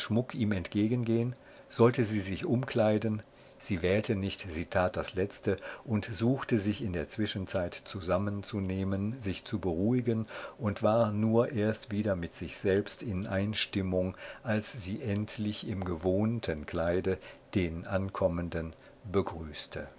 ihm entgegengehn sollte sie sich umkleiden sie wählte nicht sie tat das letzte und suchte sich in der zwischenzeit zusammenzunehmen sich zu beruhigen und war nur erst wieder mit sich selbst in einstimmung als sie endlich im gewohnten kleide den angekommenen begrüßte